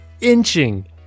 inching